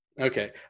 okay